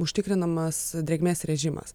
užtikrinamas drėgmės režimas